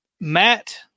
Matt